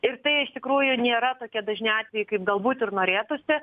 ir tai iš tikrųjų nėra tokie dažni atvejai kaip galbūt ir norėtųsi